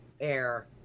air